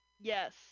Yes